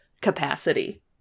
capacity